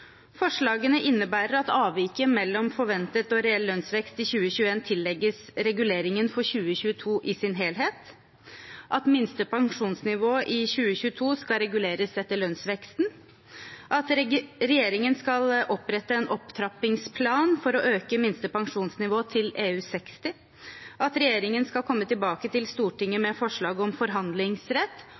Forslagene innebærer at avviket mellom forventet og reell lønnsvekst i 2021 tillegges reguleringen for 2022 i sin helhet at minste pensjonsnivå i 2022 skal reguleres etter lønnsveksten at regjeringen skal opprette en opptrappingsplan for å øke minste pensjonsnivå til EU60 at regjeringen skal komme tilbake til Stortinget med forslag om forhandlingsrett